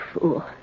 fool